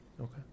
Okay